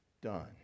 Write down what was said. done